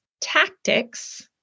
tactics